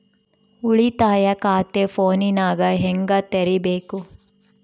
ಉಳಿತಾಯ ಖಾತೆ ಫೋನಿನಾಗ ಹೆಂಗ ತೆರಿಬೇಕು?